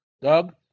Doug